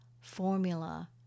formula